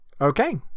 Okay